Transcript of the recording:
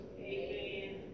Amen